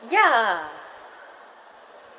ya